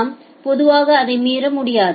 நாம் பொதுவாக அதை மீற முடியாது